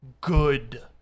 good